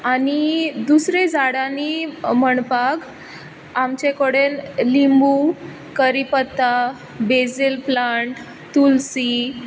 आनी दुसरे झाडांनी म्हणपाक आमचे कोडेन लिंबू करीपत्ता बेजील प्लांट तुलसी